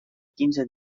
quinze